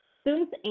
Students